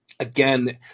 again